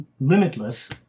limitless